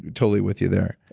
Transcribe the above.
totally with you there.